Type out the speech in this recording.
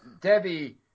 Debbie